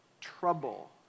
trouble